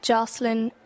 Jocelyn